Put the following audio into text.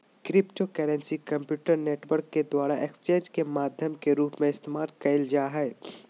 cryptocurrency computer network के द्वारा exchanges के माध्यम के रूप में इस्तेमाल कइल जा हइ